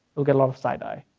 you'll get a lot of side eye,